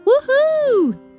Woohoo